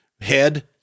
head